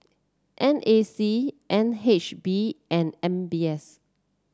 N A C N H B and M B S